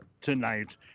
tonight